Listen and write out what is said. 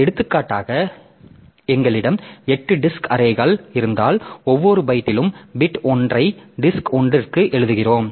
எடுத்துக்காட்டாக எங்களிடம் எட்டு டிஸ்க் அரேகள் இருந்தால் ஒவ்வொரு பைட்டிலும் பிட் I ஐ டிஸ்க் I க்கு எழுதுகிறோம்